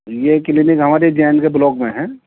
یہ کلینک ہماری J N K block میں ہے